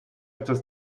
etwas